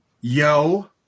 Yo